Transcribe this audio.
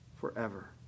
forever